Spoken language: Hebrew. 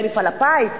אולי מפעל הפיס,